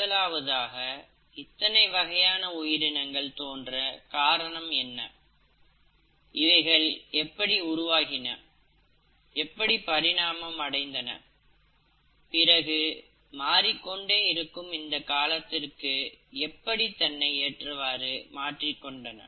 முதலாவதாக இத்தனை வகையான உயிரினங்கள் தோன்ற காரணம் என்ன இவைகள் எப்படி உருவாகின எப்படி பரிணாமம் அடைந்தன பிறகு மாறிக்கொண்டே இருக்கும் இந்த காலத்திற்கு எப்படி தன்னை ஏற்றவாறு மாற்றிக் கொண்டன